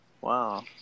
wow